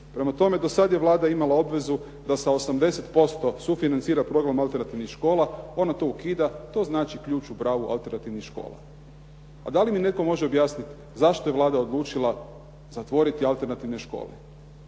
Prema tome, do sad je Vlada imala obvezu da sa 80% sufinancira program alternativnih škola, ona to ukida, to znači ključ u bravu alternativnih škola. A da li mi netko može objasniti zašto je Vlada odlučila zatvoriti alternativne škole?